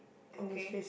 okay